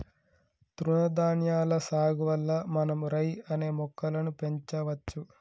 తృణధాన్యాల సాగు వల్ల మనం రై అనే మొక్కలను పెంచవచ్చు